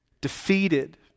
Defeated